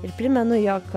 ir primenu jog